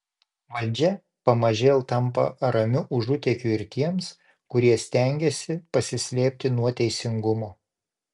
valdžia pamažėl tampa ramiu užutėkiu ir tiems kurie stengiasi pasislėpti nuo teisingumo